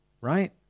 right